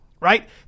right